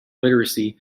literacy